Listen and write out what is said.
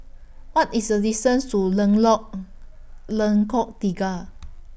What IS The distance to Lengkok Tiga